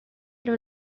era